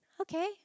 okay